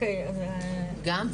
גם,